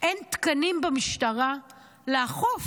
אין תקנים במשטרה לאכוף,